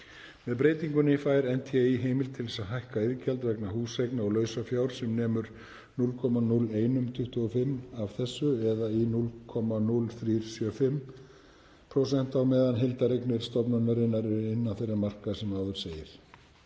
Með breytingunni fær NTÍ heimild til að hækka iðgjald vegna húseigna og lausafjár sem nemur 0,0125% af þessu eða í 0,0375% á meðan heildareignir stofnunarinnar eru innan þeirra marka sem áður segir.